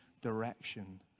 direction